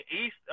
East –